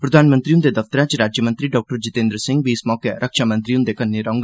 प्रधानमंत्री हंदे दफ्तरै च राज्यमंत्री डाक्टर जीतेन्द्र सिंह बी इस मौके रक्षा मंत्री हंदे कन्नै होङन